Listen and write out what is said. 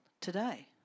today